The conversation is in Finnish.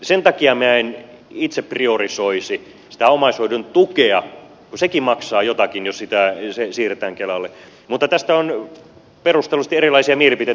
sen takia minä en itse priorisoisi sitä omaishoidon tukea kun sekin maksaa jotakin jos se siirretään kelalle mutta tästä on perustellusti erilaisia mielipiteitä